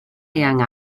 eang